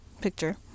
picture